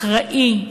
אחראי,